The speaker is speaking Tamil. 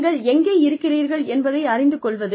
நீங்கள் எங்கே இருக்கிறீர்கள் என்பதை அறிந்து கொள்வது